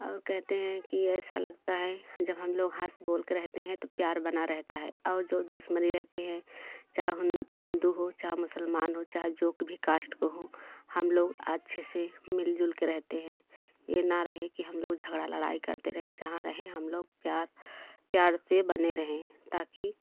और कहते हैं कि ऐसा लगता है जब हम लोग हंस बोलकर रहते हैं तो प्यार बना रहता है और जो दुश्मनी रहते हैं चाहें हिंदू हो चाहे मुसलमान हो चाहे जो भी कास्ट का हो हम लोग अच्छे से मिलजुल के रहते हैं ये ना रहे कि हम लोग झगड़ा लड़ाई करते रहे जहाँ रहे हम लोग प्यार प्यार से बने रहें ताकि